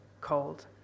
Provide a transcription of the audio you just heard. cold